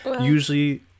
usually